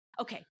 okay